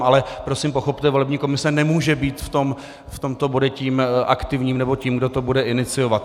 Ale prosím pochopte, že volební komise nemůže být v tomto bodě tím aktivním, nebo tím, kdo to bude iniciovat.